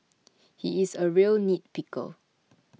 he is a real nitpicker